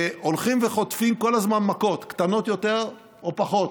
הולכים וחוטפים כל הזמן מכות, קטנות יותר או פחות,